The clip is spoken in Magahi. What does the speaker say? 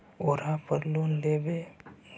ओरापर लोन लेवै?